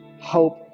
hope